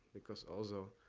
because also,